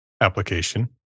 application